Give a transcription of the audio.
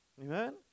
Amen